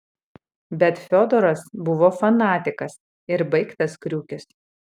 bet fiodoras buvo fanatikas ir baigtas kriukis